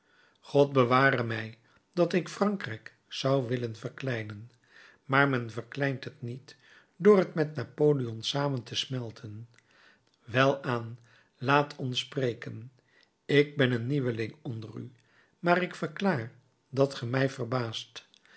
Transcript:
god beware mij dat ik frankrijk zou willen verkleinen maar men verkleint het niet door het met napoleon samen te smelten welaan laat ons spreken ik ben een nieuweling onder u maar ik verklaar dat ge mij verbaast